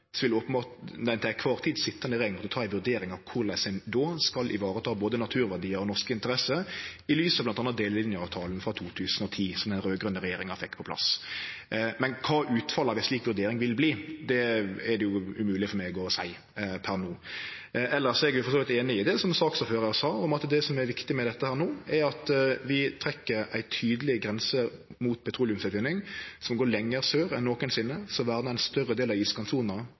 vil den til kvar tid sitjande regjeringa gjere ei vurdering av korleis ein då skal ta vare på både naturverdiar og norske interesser, i lys av bl.a. delelinjeavtalen frå 2010, som den raud-grøne regjeringa fekk på plass. Men kva utfallet av ei slik vurdering vil vere, er det umogleg for meg å seie per no. Elles er eg for så vidt einig i det som saksordføraren sa, at det som er viktig no, er at vi trekkjer ei tydeleg grense mot petroleumsutvinning som går lenger sør enn nokosinne, som vernar ein større del av